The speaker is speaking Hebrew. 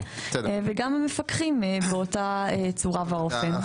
וגם המפקחים באותה צורה ואופן.